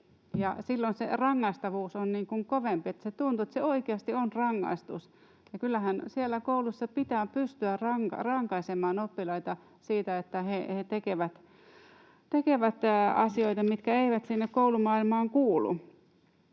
Silloin se rangaistavuus on kovempi ja tuntuu, että se oikeasti on rangaistus. Kyllähän siellä koulussa pitää pystyä rankaisemaan oppilaita siitä, että he tekevät asioita, mitkä eivät sinne koulumaailmaan kuulu.